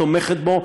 תומכת בו,